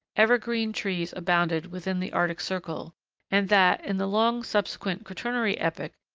evergreen trees abounded within the arctic circle and that, in the long subsequent quaternary epoch,